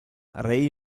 ray